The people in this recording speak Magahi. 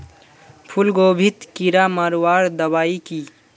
फूलगोभीत कीड़ा मारवार दबाई की?